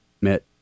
met